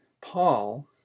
Paul